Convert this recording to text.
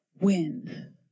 win